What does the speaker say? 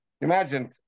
Imagine